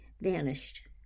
vanished